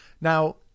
Now